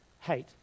hate